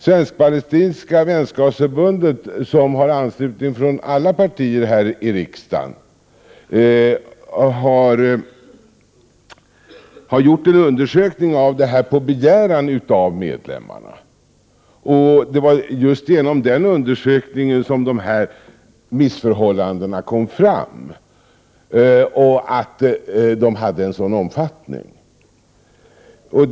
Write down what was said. Svensk-palestinska vänskapsförbundet, som har anslutning från alla partier här i riksdagen, har på begäran av medlemmarna gjort en undersökning av dessa förhållanden, och genom just den här undersökningen uppdagades dessa missförhållanden och omfattningen av dem.